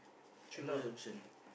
three production